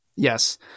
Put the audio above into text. Yes